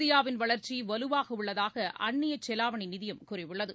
இந்தியாவின் வளர்ச்சி வலுவாக உள்ளதாக அன்னிய செவாவணி நிதியம் கூறியுள்ளது